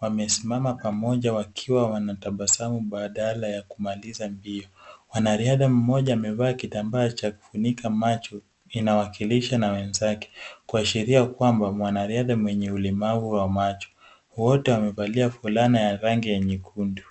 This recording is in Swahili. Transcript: Wamesimama pamoja wakiwa wanatabasamu badala ya kumaliza mbio. Mwanariadhaa mmoja amevaa kitamba cha kufunika macho inawakilisha na wenzake kuashiria kwamba mwanariadha mwenye ulemavu wa macho. Wote wamevalia fulana ya rangi ya nyekundu.